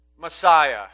Messiah